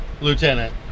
Lieutenant